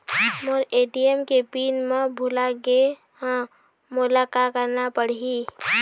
मोर ATM के PIN मैं भुला गैर ह, मोला का करना पढ़ही?